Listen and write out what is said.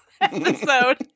episode